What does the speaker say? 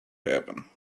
happen